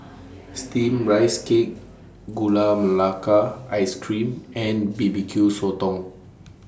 Steamed Rice Cake Gula Melaka Ice Cream and B B Q Sotong